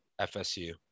FSU